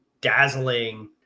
dazzling